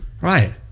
Right